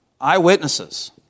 Eyewitnesses